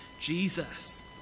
Jesus